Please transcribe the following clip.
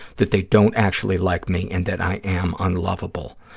that they don't actually like me and that i am unlovable.